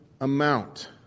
amount